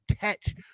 catch